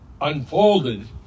unfolded